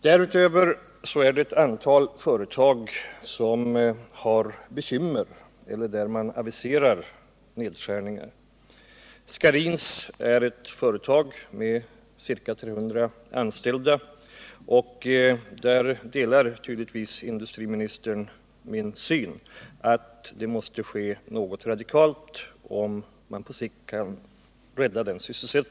Därutöver finns det ett antal företag som aviserat nedskärningar. Scharins är ett företag med ca 300 anställda. Här måste en radikal förändring komma till stånd för att man på sikt skall kunna rädda sysselsättningen, vilket industriministern och jag tydligen är överens om.